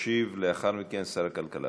ישיב לאחר מכן שר הכלכלה.